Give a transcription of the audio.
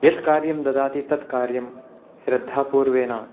यत्कार्यं ददाति तत्कार्यं श्रद्धापूर्वेण